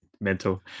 Mental